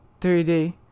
3D